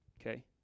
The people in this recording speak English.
okay